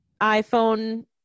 iPhone